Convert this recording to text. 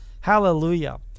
hallelujah